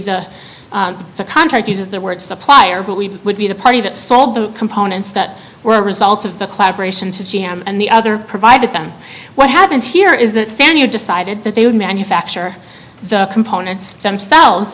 the contract uses the word supplier but we would be the party that sold the components that were a result of the collaboration to g m and the other provided them what happens here is that fan you decided that they would manufacture the components themselves